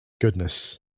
Goodness